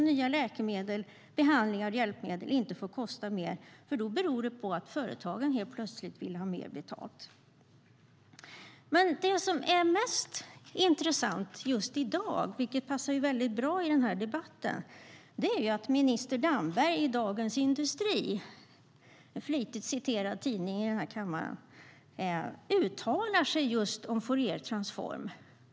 Nya läkemedel, behandlingar och hjälpmedel får inte kosta mer, för då beror det på att företagen helt plötsligt vill ha mer betalt. Men det som är mest intressant just i dag, vilket passar bra i den här debatten, är att minister Damberg i Dagens industri - en flitigt citerad tidning i den här kammaren - uttalar sig om just Fouriertransform.